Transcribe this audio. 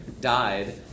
died